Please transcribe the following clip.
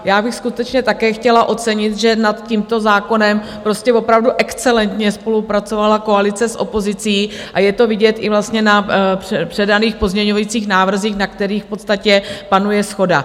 Já bych skutečně také chtěla ocenit, že nad tímto zákonem prostě opravdu excelentně spolupracovala koalice s opozicí, a je to vidět i na předaných pozměňovacích návrzích, na kterých v podstatě panuje shoda.